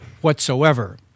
whatsoever